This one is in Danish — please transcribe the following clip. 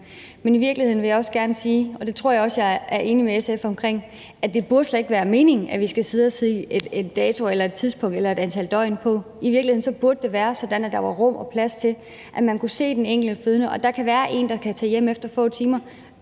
Men i virkeligheden vil jeg også gerne sige, og det tror jeg også jeg er enig med SF i, at det slet ikke burde være meningen, at vi skal sidde og sætte en dato eller et tidspunkt eller et antal døgn på. I virkeligheden burde det være sådan, at der var rum og plads til, at man kunne se til den enkelte fødende. Der kan være en, der kan tage hjem efter få timer